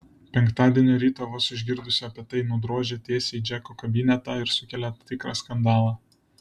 penktadienio rytą vos išgirdusi apie tai nudrožė tiesiai į džeko kabinetą ir sukėlė tikrą skandalą